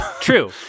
True